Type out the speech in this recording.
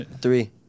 Three